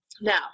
Now